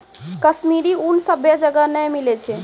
कश्मीरी ऊन सभ्भे जगह नै मिलै छै